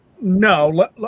no